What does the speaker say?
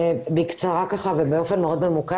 בקצרה ובאופן מאוד ממוקד.